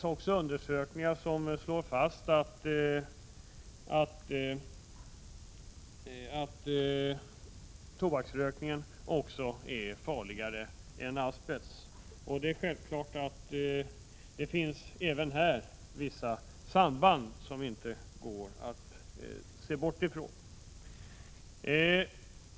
I vissa undersökningar slås också fast att tobaksrökningen är farligare än asbest. Det är klart att det även här finns vissa samband, som det inte går att bortse från.